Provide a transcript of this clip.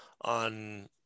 on